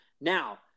Now